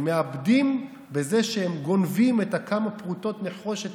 הם מאבדים בזה שהם גונבים את הכמה פרוטות נחושת